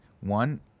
One